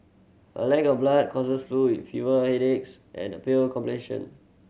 a lack of blood causes flu with fever headaches and a pale complexion